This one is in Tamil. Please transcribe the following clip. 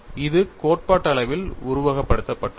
இது கோட்பாட்டளவில் உருவகப்படுத்தப்பட்டுள்ளது